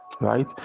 Right